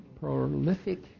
prolific